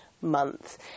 month